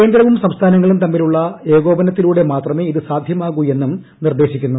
കേന്ദ്രവും സംസ്ഥാനങ്ങളും തമ്മിലുള്ള ഏകോപനത്തിലൂടെ മാത്രമേ ഇത് സാധ്യമാകു എന്നും നിർദേശിക്കുന്നു